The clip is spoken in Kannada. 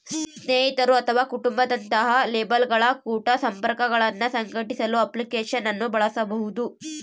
ಸ್ನೇಹಿತರು ಅಥವಾ ಕುಟುಂಬ ದಂತಹ ಲೇಬಲ್ಗಳ ಕುಟ ಸಂಪರ್ಕಗುಳ್ನ ಸಂಘಟಿಸಲು ಅಪ್ಲಿಕೇಶನ್ ಅನ್ನು ಬಳಸಬಹುದು